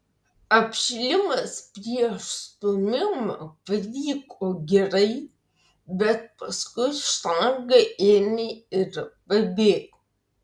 apšilimas prieš stūmimą pavyko gerai bet paskui štanga ėmė ir pabėgo